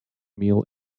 meal